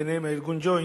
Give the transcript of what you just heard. ביניהם ארגון ה"ג'וינט"